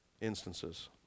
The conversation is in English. instances